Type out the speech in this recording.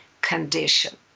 condition